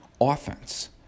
offense